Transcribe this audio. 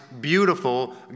beautiful